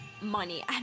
money